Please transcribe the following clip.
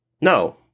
no